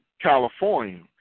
California